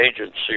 agency